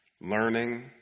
learning